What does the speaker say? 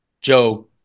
Joe